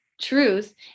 truth